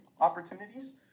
opportunities